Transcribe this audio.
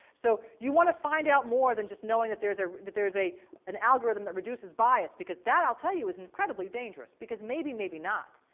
so you want to find out more than just knowing that there's, ah that there's an algorithm that reduces bias because that, i'll tell you, is incredibly dangerous because maybe maybe not.